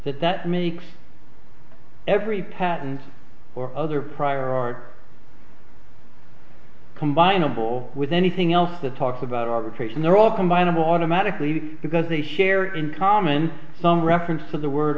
that that makes every patent or other prior art combinable with anything else that talks about arbitration they're all combine them automatically because they share in common some reference to the word